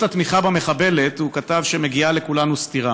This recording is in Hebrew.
בפוסט התמיכה במחבלת הוא כתב שמגיעה לכולנו סטירה.